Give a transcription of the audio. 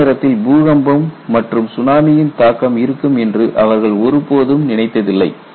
ஒரே நேரத்தில் பூகம்பம் மற்றும் சுனாமியின் தாக்கம் இருக்கும் என்று அவர்கள் ஒருபோதும் நினைத்ததில்லை